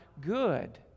good